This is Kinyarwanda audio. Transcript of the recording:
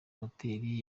moteri